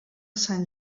sant